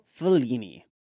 Fellini